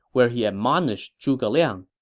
where he admonished zhuge liang